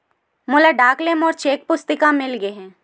मोला डाक ले मोर चेक पुस्तिका मिल गे हे